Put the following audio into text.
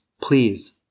Please